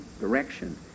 direction